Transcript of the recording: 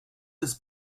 des